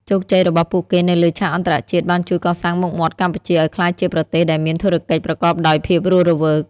ជោគជ័យរបស់ពួកគេនៅលើឆាកអន្តរជាតិ បានជួយកសាងមុខមាត់កម្ពុជាឱ្យក្លាយជាប្រទេសដែលមានធុរកិច្ចប្រកបដោយភាពរស់រវើក។